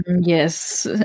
Yes